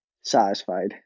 satisfied